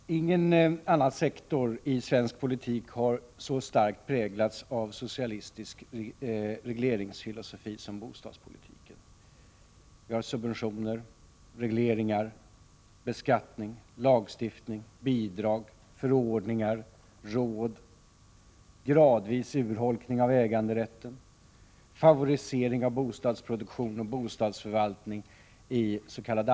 Herr talman! Ingen annan sektor av svensk politik har så starkt präglats av socialistisk regleringsfilosofi som just bostadspolitiken. Subventioner, regleringar, beskattning, lagstiftning, bidrag, förordningar, råd, gradvis urholk ning av äganderätten, favorisering av bostadsproduktion och bostadsförvaltningis.k.